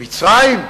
במצרים,